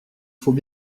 faut